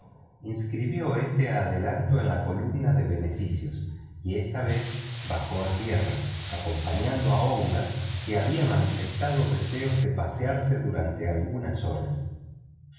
inscribió ese adelanto en la columna de beneficios y esta vez bajó a tierra acompañando a aouida que había manifestado deseos de pasear durante algunas horas